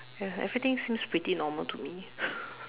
ya everything seems pretty normal to me